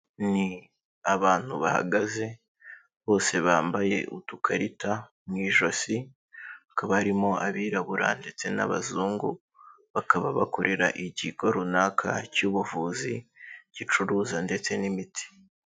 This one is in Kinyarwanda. Ni abantu bahagaze bose bambaye udukarita mu ijosi, hakaba harimo abirabura ndetse n'abazungu, bakaba bakorera ikigo runaka cy'ubuvuzi gicuruza ndetse n'imiti.